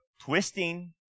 Twisting